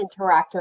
interactive